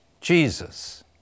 Jesus